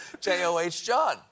J-O-H-John